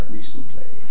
recently